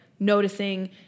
noticing